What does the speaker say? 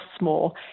more